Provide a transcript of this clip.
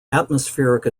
atmospheric